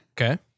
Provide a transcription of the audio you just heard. Okay